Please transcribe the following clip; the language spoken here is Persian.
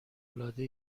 العاده